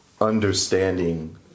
understanding